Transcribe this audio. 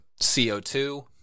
CO2